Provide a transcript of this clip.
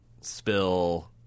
spill